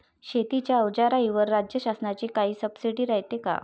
शेतीच्या अवजाराईवर राज्य शासनाची काई सबसीडी रायते का?